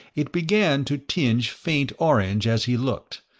it began to tinge faint orange as he looked,